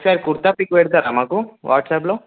ఒకసారి కుర్తా పిక్ పెడతారా మాకు వాట్సాప్లో